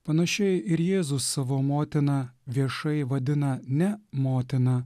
panašiai ir jėzus savo motiną viešai vadina ne motina